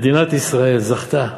מדינת ישראל זכתה.